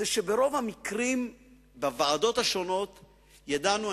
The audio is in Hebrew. שברוב המקרים בוועדות השונות ידענו,